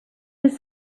his